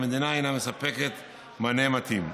והמדינה אינה מספקת מענה מתאים".